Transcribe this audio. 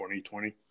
2020